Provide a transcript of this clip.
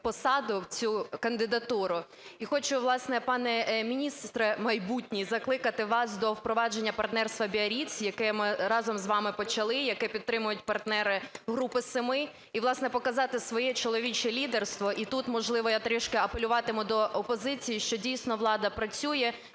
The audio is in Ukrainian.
посаду, цю кандидатуру. І хочу, власне, пане міністре майбутній, закликати вас до впровадження "Партнерства Біарріц", яке ми разом з вами почали, яке підтримують партнери Групи семи і, власне, показати своє чоловіче лідерство, і тут, можливо, я трішки апелюватиму до опозиції, що, дійсно, влада працює,